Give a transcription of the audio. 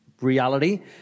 reality